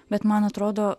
bet man atrodo